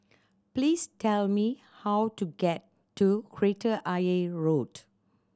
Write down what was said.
please tell me how to get to Kreta Ayer Road